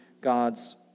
God's